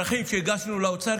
צרכים שהגשנו לאוצר,